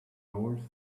north